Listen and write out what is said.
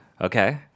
Okay